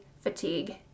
fatigue